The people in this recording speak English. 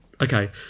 Okay